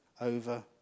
over